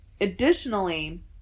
Additionally